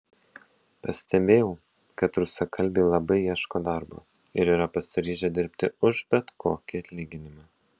pastebėjau kad rusakalbiai labai ieško darbo ir yra pasiryžę dirbti už bet kokį atlyginimą